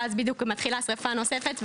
ואז בדיוק מתחילה שריפה נוספת,